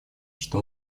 что